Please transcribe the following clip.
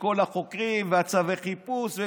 וכל החוקרים וצווי החיפוש.